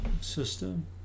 system